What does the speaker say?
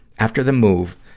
after the move,